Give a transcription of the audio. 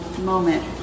moment